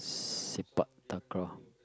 sepak-takraw